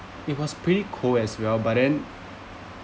it was pretty cold as well but then